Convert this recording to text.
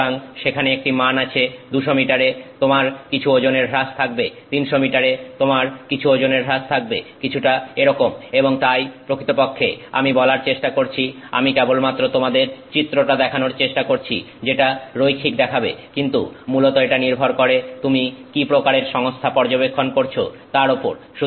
সুতরাং সেখানে একটি মান আছে 200 মিটারে তোমার কিছু ওজনের হ্রাস থাকবে 300 মিটারে তোমার কিছু ওজনের হ্রাস থাকবে কিছুটা এরকম এবং তাই প্রকৃতপক্ষে আমি বলার চেষ্টা করছি আমি কেবলমাত্র তোমাদের চিত্রটা দেখানোর চেষ্টা করছি যেটা রৈখিক দেখাবে কিন্তু মূলত এটা নির্ভর করে তুমি কি প্রকারের সংস্থা পর্যবেক্ষণ করছে তার ওপর